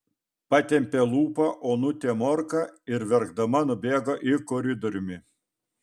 patempė lūpą onutė morka ir verkdama nubėgo į koridoriumi